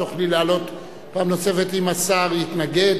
את תוכלי לעלות פעם נוספת אם השר יתנגד.